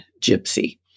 Gypsy